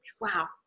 wow